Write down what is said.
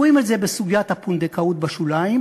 רואים את זה בסוגיית הפונדקאות בשוליים,